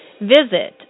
Visit